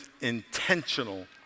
intentional